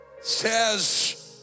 says